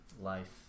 Life